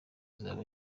izaba